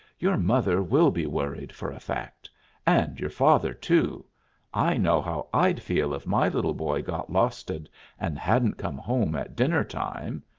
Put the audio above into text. your mother will be worried, for a fact and your father, too i know how i'd feel if my little boy got losted and hadn't come home at dinner-time.